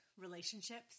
relationships